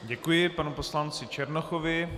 Děkuji panu poslanci Černochovi.